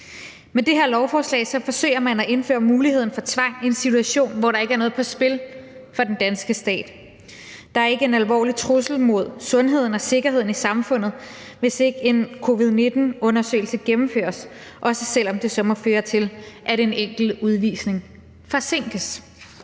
Med det her lovforslag forsøger man at indføre muligheden for tvang i en situation, hvor der ikke er noget på spil for den danske stat. Der er ikke en alvorlig trussel mod sundheden og sikkerheden i samfundet, hvis ikke en covid-19-undersøgelse gennemføres, også selv om det så må føre til, at en enkelt udvisning forsinkes.